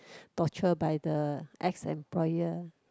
torture by the ex employer